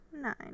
nine